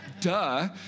duh